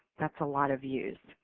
thatis a lot of use.